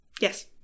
Yes